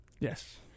Yes